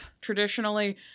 traditionally